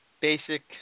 basic